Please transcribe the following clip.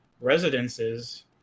residences